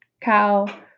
cow